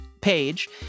page